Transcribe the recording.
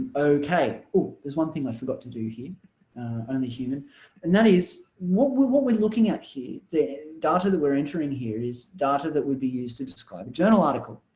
okay oh there's one thing i forgot to do here and and that is what we're what we're looking at here the data that we're entering here is data that would be used to describe a journal article